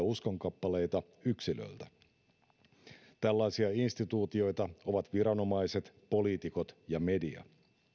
uskonkappaleita yksilöltä tällaisia instituutioita ovat viranomaiset poliitikot ja media